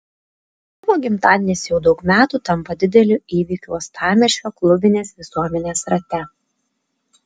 tavo gimtadienis jau daug metų tampa dideliu įvykiu uostamiesčio klubinės visuomenės rate